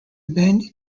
bandy